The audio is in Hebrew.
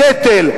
בנטל.